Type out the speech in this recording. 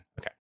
Okay